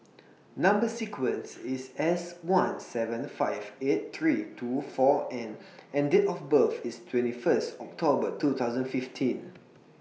Number sequence IS S one seven five eight three two four N and Date of birth IS twenty First October two thousand fifteen